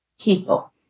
people